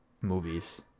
movies